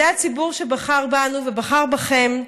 זה הציבור שבחר בנו ובחר בכם,